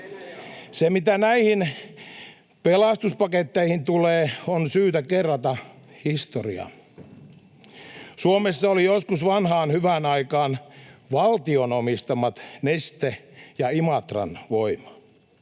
Mitä näihin pelastuspaketteihin tulee, on syytä kerrata historiaa: Suomessa oli joskus vanhaan hyvään aikaan valtion omistamat Neste ja Imatran Voima.